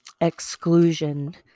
exclusion